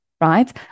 right